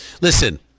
Listen